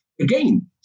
again